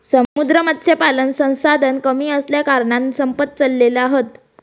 समुद्री मत्स्यपालन संसाधन कमी असल्याकारणान संपत चालले हत